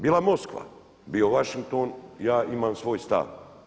Bila Moskva, bio Washington, ja imam svoj stav.